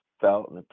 felt